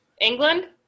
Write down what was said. England